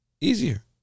Easier